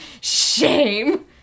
Shame